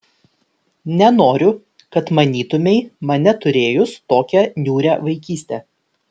nenoriu kad manytumei mane turėjus tokią niūrią vaikystę